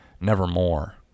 Nevermore